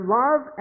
love